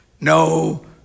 no